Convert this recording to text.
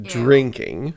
drinking